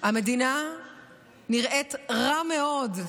המדינה נראית רע מאוד.